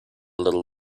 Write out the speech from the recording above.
little